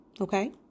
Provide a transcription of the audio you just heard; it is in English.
okay